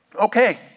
Okay